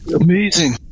Amazing